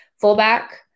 fullback